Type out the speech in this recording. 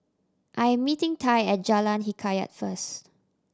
I am meeting Tye at Jalan Hikayat first